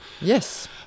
Yes